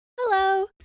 Hello